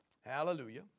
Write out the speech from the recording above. hallelujah